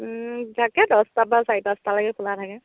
থাকে দহটাৰপৰা চাৰি পাঁচটালৈকে খোলা থাকে